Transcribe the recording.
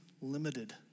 limited